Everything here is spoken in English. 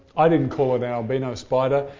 i didn't call it an albino spider,